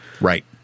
Right